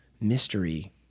mystery